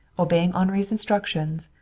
obeying henri's instructions,